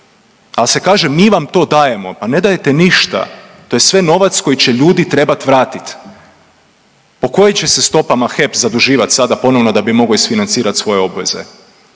al se kaže mi vam to dajemo. Pa ne dajete ništa, to je sve novac koji će ljudi trebat vratit. Po kojim će se stopama HEP zaduživat sada ponovno da bi mogao isfinancirati svoje obveze?